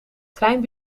trein